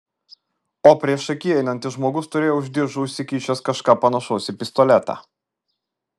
o priešaky einantis žmogus turėjo už diržo užsikišęs kažką panašaus į pistoletą